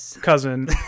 cousin